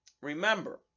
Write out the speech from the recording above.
remember